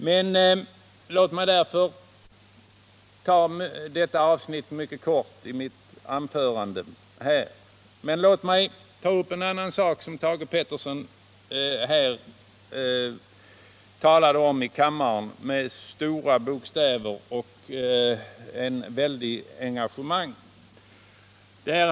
Jag skall därför beröra detta avsnitt i mitt anförande mycket kort. Låt mig ta upp en annan sak, som Thage Peterson talade om med stora bokstäver och ett väldigt engagemang.